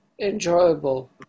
enjoyable